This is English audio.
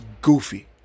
goofy